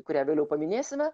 kurią vėliau paminėsime